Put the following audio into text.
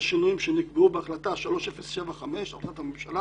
השינויים שנקבעו בהחלטה 3075 החלטת הממשלה